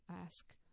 ask